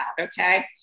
okay